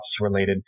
related